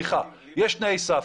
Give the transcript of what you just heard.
יש תנאי סף.